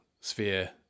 sphere